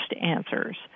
answers